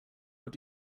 what